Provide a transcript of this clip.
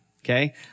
Okay